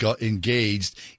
engaged